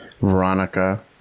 Veronica